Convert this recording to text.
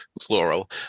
plural